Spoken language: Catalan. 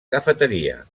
cafeteria